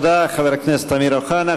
תודה לחבר הכנסת אמיר אוחנה.